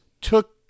took